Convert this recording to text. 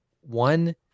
one